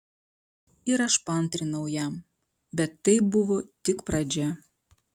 ir aš paantrinau jam bet tai buvo tik pradžia